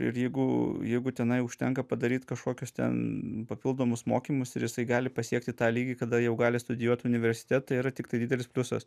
ir jeigu jeigu tenai užtenka padaryt kažkokius ten papildomus mokymus ir jisai gali pasiekti tą lygį kada jau gali studijuot universitete yra tiktai didelis pliusas